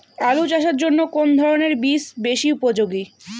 আলু চাষের জন্য কোন ধরণের বীজ বেশি উপযোগী?